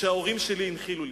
שההורים שלי הנחילו לי.